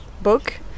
book